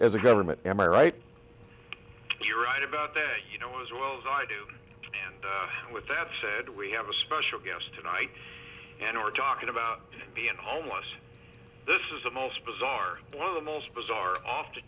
a government am i right you're right about that you know as well as i do and with that said we have a special guest tonight and are talking about being homeless this is the most bizarre one of the most bizarre off the